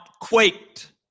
quaked